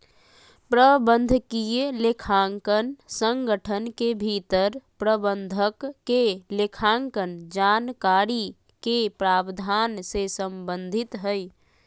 प्रबंधकीय लेखांकन संगठन के भीतर प्रबंधक के लेखांकन जानकारी के प्रावधान से संबंधित हइ